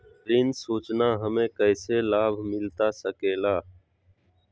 ऋण सूचना हमें कैसे लाभ मिलता सके ला?